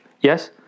Yes